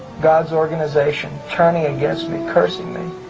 god's organization turning against me. cursing me.